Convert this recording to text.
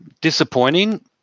disappointing